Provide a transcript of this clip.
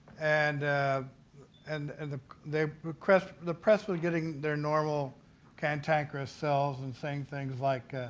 and and and the the request the press was getting their normal cantankerous selves and saying things like,